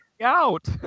out